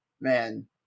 Man